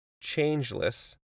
changeless